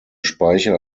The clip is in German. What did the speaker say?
speicher